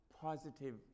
positive